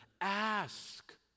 Ask